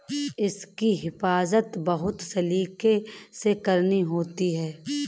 इसकी हिफाज़त बहुत सलीके से करनी होती है